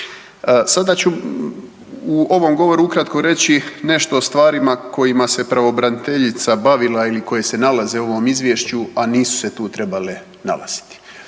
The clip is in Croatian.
Sada ću u ovom govoru ukratko reći nešto o stvarima kojima se pravobraniteljica bavila ili koji se nalaze u ovom izvješću, a nisu se tu trebale nalaziti.